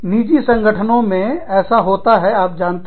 निजी संगठनों में ऐसा होता है आप जानते हैं